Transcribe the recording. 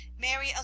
Mary